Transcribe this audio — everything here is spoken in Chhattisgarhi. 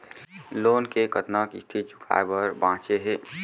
लोन के कतना किस्ती चुकाए बर बांचे हे?